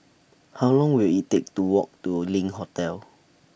How Long Will IT Take to Walk to LINK Hotel